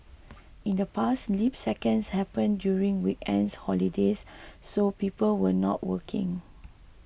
in the past leap seconds happened during weekends holidays so people were not working